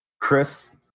chris